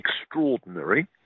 extraordinary